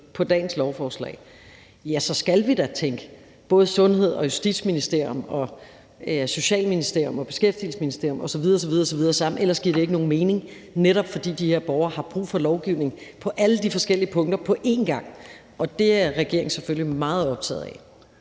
med dagens lovforslag, ja, så skal vi da tænke både Sundhedsministeriet, Justitsministeriet, Socialministeriet, Beskæftigelsesministeriet osv. osv. sammen. Ellers giver det ikke nogen mening, netop fordi de her borgere har brug for lovgivning på alle de forskellige punkter på én gang. Og det er regeringen selvfølgelig meget optaget af.